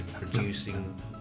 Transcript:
producing